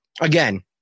Again